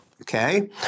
okay